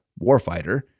warfighter